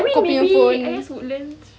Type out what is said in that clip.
I mean maybe I guess woodlands